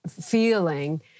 feeling